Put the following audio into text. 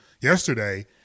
yesterday